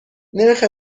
نرخ